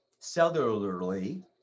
cellularly